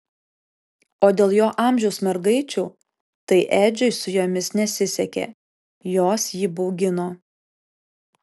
o dėl jo amžiaus mergaičių tai edžiui su jomis nesisekė jos jį baugino